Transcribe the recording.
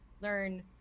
learn